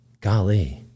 golly